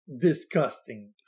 disgusting